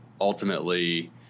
ultimately –